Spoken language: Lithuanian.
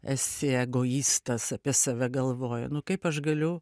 esi egoistas apie save galvoji nu kaip aš galiu